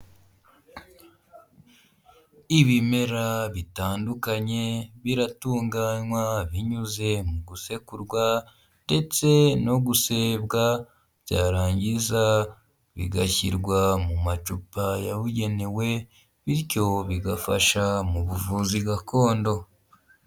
Ibimera bitandukanye biratunganywa binyuze mu gusekurwa ndetse no gusebwa, byarangiza bigashyirwa mu macupa yabugenewe bityo bigafasha mu buvuzi gakondo.